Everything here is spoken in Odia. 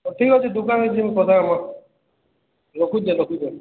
ହଉ ଠିକ ଅଛି ଦୋକାନ୍କେ ଜିମା କଥା ହେମା ରଖୁଛେଁ ରଖୁଛେଁ